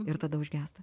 ir tada užgęsta